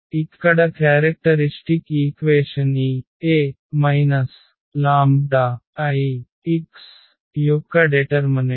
ఇక్కడ characteristic equation ఈ A λI యొక్క డెటర్మనెంట్